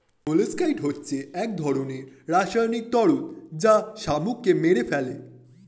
molluscicide মানে এক ধরনের রাসায়নিক তরল যা শামুককে মেরে ফেলে